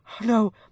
no